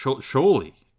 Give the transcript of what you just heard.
surely